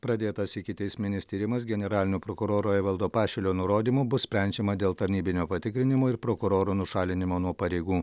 pradėtas ikiteisminis tyrimas generalinio prokuroro evaldo pašilio nurodymu bus sprendžiama dėl tarnybinio patikrinimo ir prokuroro nušalinimo nuo pareigų